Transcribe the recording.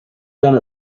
done